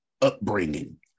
upbringing